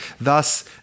Thus